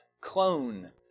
clone